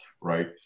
right